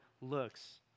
looks